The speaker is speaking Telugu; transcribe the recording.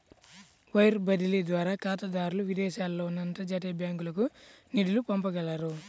వైర్ బదిలీ ద్వారా ఖాతాదారులు విదేశాలలో ఉన్న అంతర్జాతీయ బ్యాంకులకు నిధులను పంపగలరు